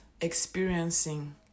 experiencing